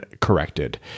corrected